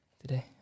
Today